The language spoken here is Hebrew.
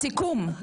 בסיכום,